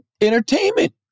entertainment